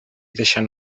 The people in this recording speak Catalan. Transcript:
deixant